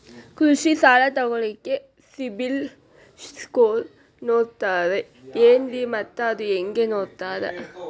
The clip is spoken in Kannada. ಕೃಷಿ ಸಾಲ ತಗೋಳಿಕ್ಕೆ ಸಿಬಿಲ್ ಸ್ಕೋರ್ ನೋಡ್ತಾರೆ ಏನ್ರಿ ಮತ್ತ ಅದು ಹೆಂಗೆ ನೋಡ್ತಾರೇ?